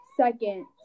second